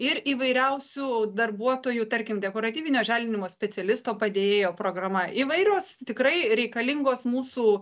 ir įvairiausių darbuotojų tarkim dekoratyvinio apželdinimo specialisto padėjėjo programa įvairios tikrai reikalingos mūsų